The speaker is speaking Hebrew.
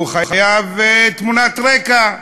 הוא חייב תמונת רקע,